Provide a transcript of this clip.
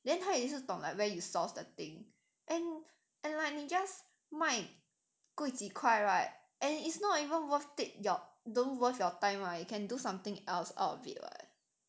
then 他也是懂 like where you source the thing and and like 你 just 卖贵几块 right and it's not even worth it your don't worth your time [what] you can do something else out of it [what]